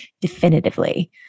definitively